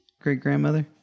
Great-grandmother